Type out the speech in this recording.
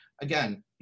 Again